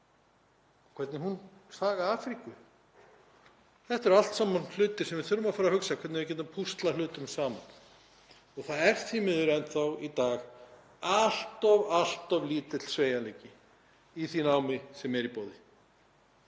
Afríka er, saga Afríku. Þetta eru allt saman hlutir sem við þurfum að fara að hugsa um hvernig við getum púslað saman. Það er því miður enn þá í dag allt of lítill sveigjanleiki í því námi sem er í boði.